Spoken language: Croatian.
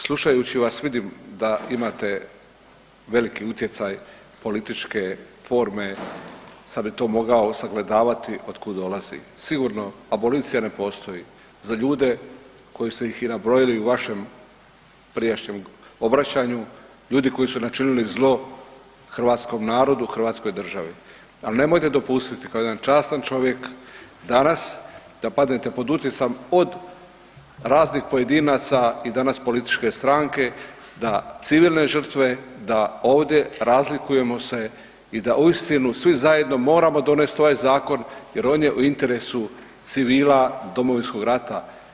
Slušajući vas, vidim da imate veliki utjecaj političke forme sad bi to mogao sagledavati od kud dolazi, sigurno abolicija ne postoji za ljude koje ste ih i nabrojali u vašem prijašnjem obraćanju, ljudi koji su načinili zlo hrvatskom narod, hrvatskoj državi ali nemojte dopustiti kao jedan častan čovjek danas da padnete pod utjecaj od raznih pojedinaca i danas političke stranke, da civilne žrtve, da ovdje razlikujemo se i da uistinu svi zajedno moramo donest ovaj zakon jer on je u interesu civila Domovinskog rata.